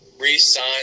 re-sign